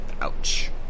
Ouch